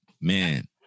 Man